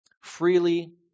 freely